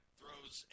throws